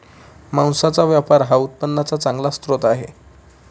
मांसाचा व्यापार हा उत्पन्नाचा चांगला स्रोत आहे